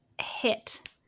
hit